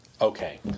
Okay